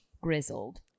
grizzled